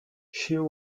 she